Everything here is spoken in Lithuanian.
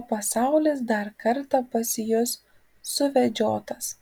o pasaulis dar kartą pasijus suvedžiotas